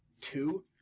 two